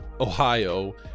ohio